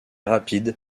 rapide